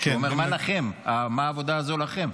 שהוא אומר "מה לכם", "מה העבודה הזאת לכם".